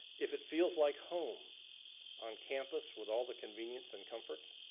if it feels like home on campus with all the convenience and comforts.